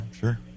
sure